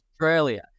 Australia